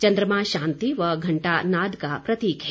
चन्द्रमा शांति व घंटा नाद का प्रतीक है